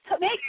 make